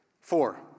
Four